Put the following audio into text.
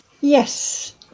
Yes